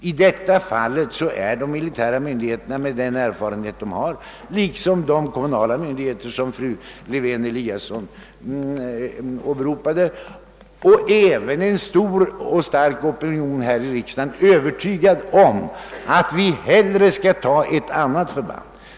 I detta fall är de militära myndigheterna, med den erfarenhet de har, liksom de kommunala myndigheter, som fru Lewén-Eliasson åberopade, och även en stor och stark opinion här i riksdagen övertygade om att vi hellre skall välja ett annat förband.